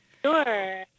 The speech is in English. Sure